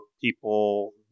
people